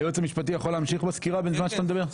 היועץ המשפטי יכול להמשיך בסקירה בזמן שאתה מדבר?